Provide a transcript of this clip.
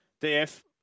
D-F